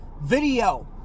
video